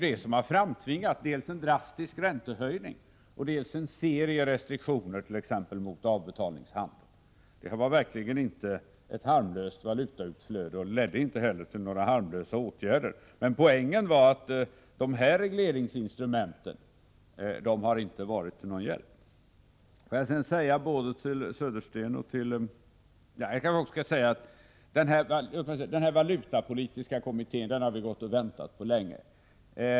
Det har framtvingat dels en drastisk räntehöjning, dels en serie restriktioner, t.ex. mot avbetalningshandeln. Det är alltså verkligen inte ett harmlöst valutautflöde, och det har inte hellerlett till harmlösa åtgärder. Poängen är att regleringsinstrumenten inte har varit till någon hjälp. Vi har länge väntat på ett förslag från valutapolitiska kommittén.